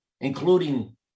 including